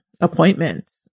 appointments